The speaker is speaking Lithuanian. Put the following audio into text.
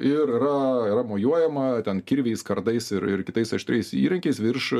ir yra yra mojuojama ten kirviais kardais ir ir kitais aštriais įrankiais virš